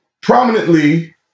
prominently